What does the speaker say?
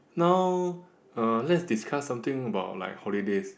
now uh let's discuss something about like holidays